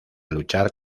luchar